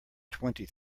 twenty